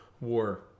war